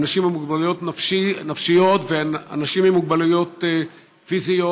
אנשים עם מוגבלות נפשית ואנשים עם מוגבלות פיזית,